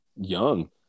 young